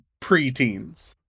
preteens